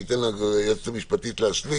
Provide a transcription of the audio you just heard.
אני אגיב לעניין הזה ואני אתן ליועצת המשפטית להשלים,